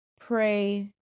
pray